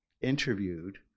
interviewed